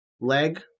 Leg